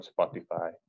Spotify